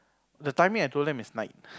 the timing I told them is night